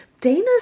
Dana's